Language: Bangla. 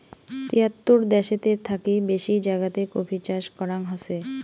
তিয়াত্তর দ্যাশেতের থাকি বেশি জাগাতে কফি চাষ করাঙ হসে